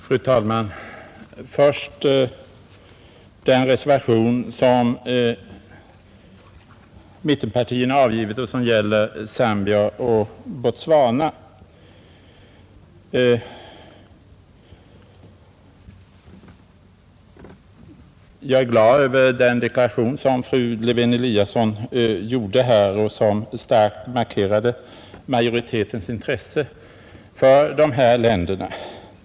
Fru talman! Jag tar först upp den reservation som mittenpartierna avgivit och som gäller Zambia och Botswana. Jag är glad över den deklaration som fru Lewén-Eliasson gjorde här och som starkt markerade majoritetens intresse för dessa länder.